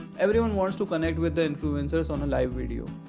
everyone wants to connect with the influencers on a live video,